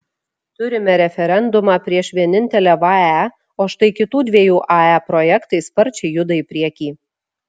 turime referendumą prieš vienintelę vae o štai kitų dviejų ae projektai sparčiai juda į priekį